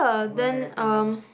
orang dah datang bagus